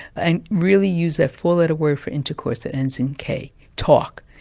and really use that four letter word for intercourse that ends in k. talk.